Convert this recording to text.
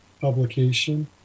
publication